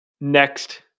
next